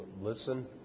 listen